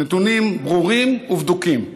נתונים ברורים ובדוקים.